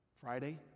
friday